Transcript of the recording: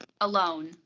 Alone